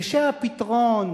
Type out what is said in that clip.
כשהפתרון,